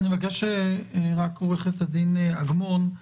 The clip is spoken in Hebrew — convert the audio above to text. אני מבקש, עורכת הדין אגמון,